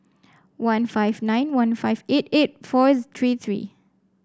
one five nine one five eight eight four three three